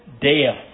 death